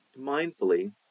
mindfully